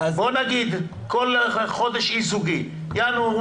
בוא נגיד שכל חודש אי-זוגי: ינואר,